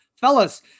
fellas